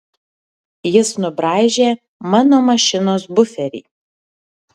jis nubraižė mano mašinos buferį